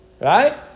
Right